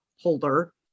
Holder